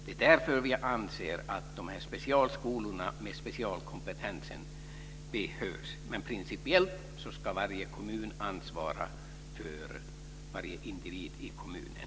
Det är därför som vi anser att dessa specialskolor med sin specialkompetens behövs. Men principiellt ska varje kommun ansvara för varje individ i kommunen.